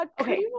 Okay